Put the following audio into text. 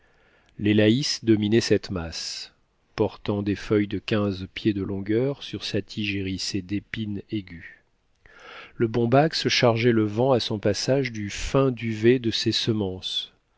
l'élaïs dominait cette masse portant des feuilles de quinze pieds de longueur sur sa tige hérissée d'épines aiguës le bombax chargeait le vent à son passage du fin duvet de ses semences